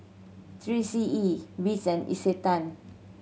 Three C E Beats and Isetan